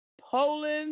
Poland